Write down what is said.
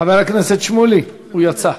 חבר הכנסת שמולי, הוא יצא.